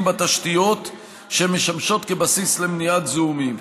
בתשתיות שמשמשות כבסיס למניעת זיהומים.